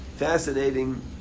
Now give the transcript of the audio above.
Fascinating